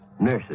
nurses